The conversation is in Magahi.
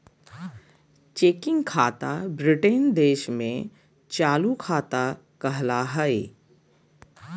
चेकिंग खाता ब्रिटेन देश में चालू खाता कहला हय